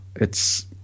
it's-